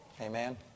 Amen